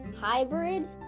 Hybrid